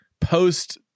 post